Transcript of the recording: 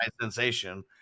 sensation